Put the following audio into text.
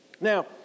Now